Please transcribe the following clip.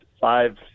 five